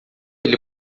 ele